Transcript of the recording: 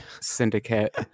syndicate